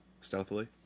stealthily